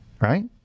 right